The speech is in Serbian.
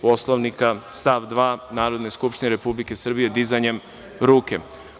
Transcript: Poslovnika, stav 2. Narodne skupštine Republike Srbije – dizanjem ruke.